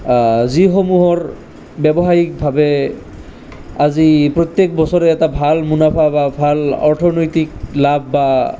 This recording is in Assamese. যিসমূহৰ ব্যৱসায়ীকভাৱে আজি প্ৰত্যেক বছৰে এটা ভাল মুনাফা বা ভাল অৰ্থনৈতিক লাভ বা